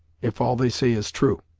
if all they say is true.